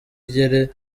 igire